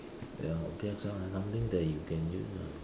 ya object lah something that you can use lah